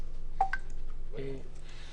אבל בחלק ממקום העבודה,